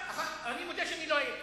אני מודה שלא הייתי.